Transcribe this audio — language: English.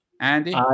Andy